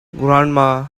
grandma